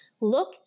look